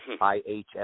IHS